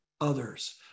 others